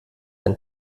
ein